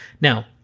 Now